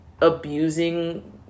abusing